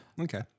okay